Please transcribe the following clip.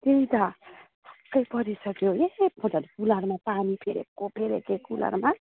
त्यही त छक्कै परिसक्यौँ ए कुलर पानी फेरेको फेरेकै कुलरमा